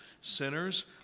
Sinners